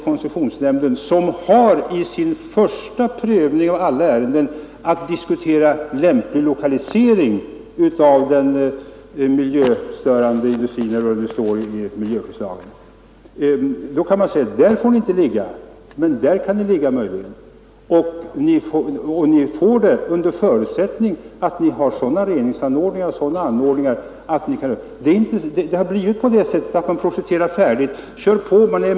Koncessionsnämnden, som har som sin första prövning av alla ärenden att diskutera lämplig lokalisering av den miljöfarliga verksamheten — såsom det uttrycks i miljöskyddslagen — anger då var verksamheten får och inte får förläggas, allt under förutsättning att reningsanläggningar finnes. Det har emellertid ofta blivit så att man först har projekterat färdigt.